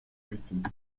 rating